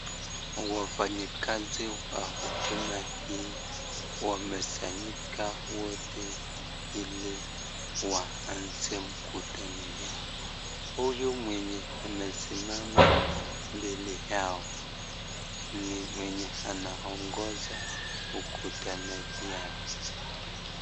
Wafanyakazi wa huduma hii wamesanyika wote ili waanze mkutano yao. Huyu mwenye amesimama mbele yao ni mwenye anaongoza mkutano yao.